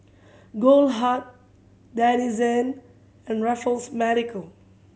Goldheart Denizen and Raffles Medical